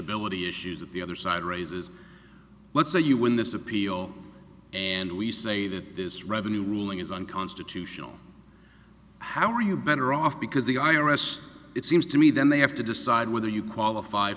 melody issues that the other side raises let's say you win this appeal and we say that this revenue ruling is unconstitutional how are you better off because the i r s it seems to me then they have to decide whether you qualify